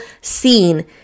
seen